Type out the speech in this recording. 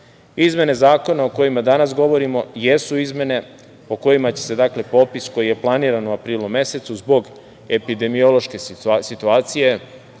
Izmene zakona o kojima danas govorimo jesu izmene po kojima će se popis, koji je planiran u aprilu mesecu zbog epidemiološke situacije,